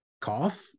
cough